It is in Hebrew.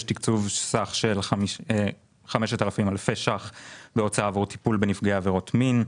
יש תקצוב סך של 5,000 אלפי שקלים בהוצאה עבור טיפול בנפגעי עבירות מין,